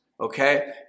okay